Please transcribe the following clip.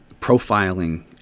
Profiling